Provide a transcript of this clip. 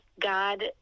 God